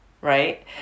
right